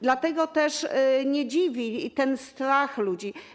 Dlatego też nie dziwi ten strach ludzi.